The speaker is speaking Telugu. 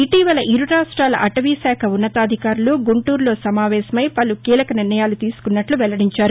ఇటీవల ఇరు రాష్ట్లాల అటవీశాఖ ఉన్నతాధికారులు గుంటూరులో సమావేశమై పలు కీలక నిర్ణయాలు తీసుకున్నట్లు వెల్లడించారు